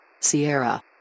Sierra